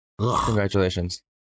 congratulations